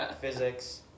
physics